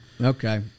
Okay